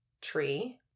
tree